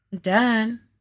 Done